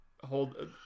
Hold